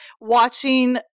watching